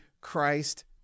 Christ